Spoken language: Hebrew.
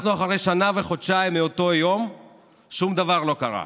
אנחנו אחרי שנה וחודשיים מאותו יום ושום דבר לא קרה,